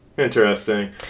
Interesting